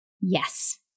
Yes